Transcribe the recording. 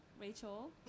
Rachel